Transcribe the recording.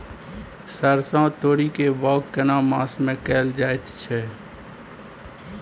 सरसो, तोरी के बौग केना मास में कैल जायत छै?